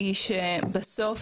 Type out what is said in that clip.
היא שבסוף,